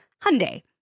Hyundai